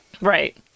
Right